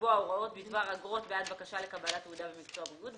לקבוע הוראות בדבר אגרות בעד בקשה לקבלת תעודה במקצוע בריאות,